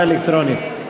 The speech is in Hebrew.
הצבעה אלקטרונית.